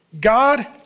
God